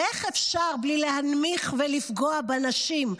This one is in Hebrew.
ואיך אפשר בלי להנמיך ולפגוע בנשים,